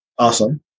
Awesome